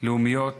לאומיות